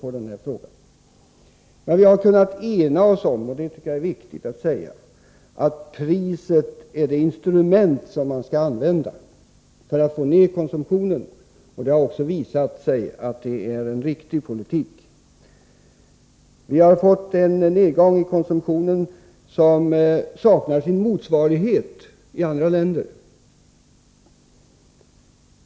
Jag tycker dock att det är viktigt att understryka att vi är eniga om att priset är det instrument som vi skall använda för att få ned konsumtionen. Det har visat sig att detta är en riktig politik. Konsumtionen har sjunkit på ett sätt som saknar motsvarighet i andra länder.